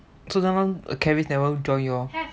so just now claris never join you all